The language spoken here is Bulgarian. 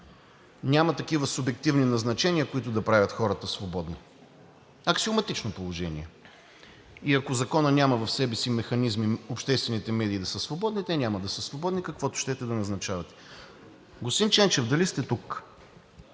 Няма такива субективни назначения, които да правят хората свободни, аксиоматично положение. И ако законът няма в себе си механизми обществените медии да са свободни, те няма да са свободни, каквото щете да назначавате. Господин Ченчев, дали сте тук?